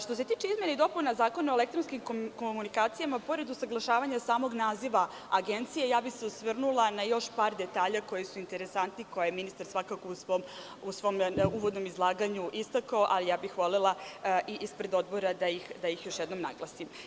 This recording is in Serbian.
Što se tiče zakona o izmenama i dopunama Zakona o elektronskim komunikacijama, pored usaglašavanja samog naziva agencije, osvrnula bih se na još par detalja koji su interesantni, koje je ministar u svom uvodnom izlaganju istakao, a volela bih i ispred Odbora da ih još jednom naglasim.